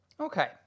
Okay